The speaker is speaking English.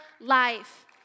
life